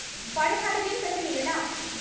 पढे खातीर ऋण कईसे मिले ला?